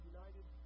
United